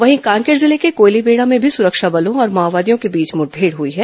वहीं कांकेर जिले के कोयलीबेड़ा में भी सुरक्षा बलों और माओवादियों के बीच मुठमेड़ हुई है